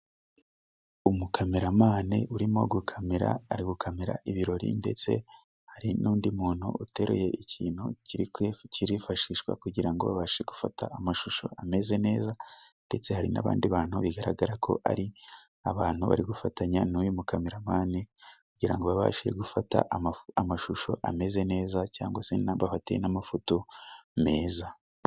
Umu cameramane urimo gukamera, ari gukamera ibirori ndetse hari n'undi muntu uteruye ikindi kintu kirifashishwa kugira ngo babashe gufata amashusho ameze neza, ndetse hari n'abandi bantu bigaragara ko ari abantu bari gufatanya n'uyu mukameramani kugirango babashe gufata amashusho ameze neza cyangwa se bafate n'amafoto meza.